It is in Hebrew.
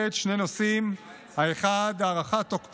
אדוני